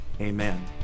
amen